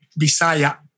Bisaya